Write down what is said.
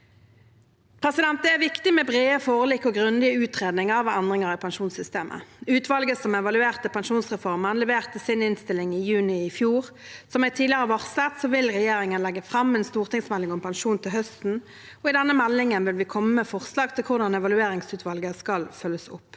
Det er viktig med brede forlik og grundige utredninger ved endringer i pensjonssystemet. Utvalget som evaluerte pensjonsreformen, leverte sin innstilling i juni i fjor. Som jeg tidligere har varslet, vil regjeringen legge fram en stortingsmelding om pensjon til høsten. I denne meldingen vil vi komme med forslag til hvordan evalueringsutvalget skal følges opp.